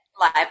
live